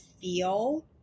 feel